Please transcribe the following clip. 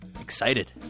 Excited